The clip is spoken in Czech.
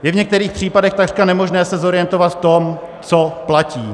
Je v některých případech takřka nemožné se zorientovat v tom, co platí.